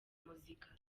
muzika